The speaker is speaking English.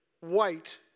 white